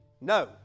No